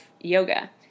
yoga